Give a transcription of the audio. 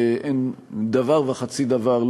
שאין דבר וחצי דבר,